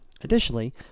Additionally